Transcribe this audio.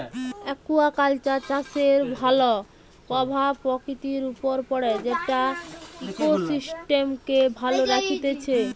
aquaculture চাষের ভাল প্রভাব প্রকৃতির উপর পড়ে যেটা ইকোসিস্টেমকে ভালো রাখতিছে